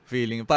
Feeling